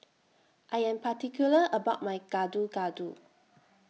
I Am particular about My Gado Gado